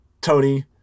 Tony